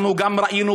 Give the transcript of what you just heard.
אנחנו גם ראינו,